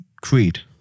Creed